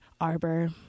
Arbor